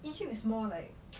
egypt is more like